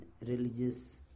religious